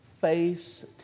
face